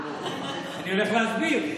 אני הולך להסביר.